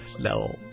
No